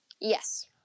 Yes